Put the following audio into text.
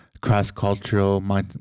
cross-cultural